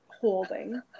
holding